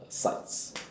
uh sights